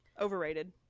overrated